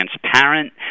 transparent